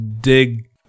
dig